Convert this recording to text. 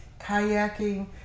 kayaking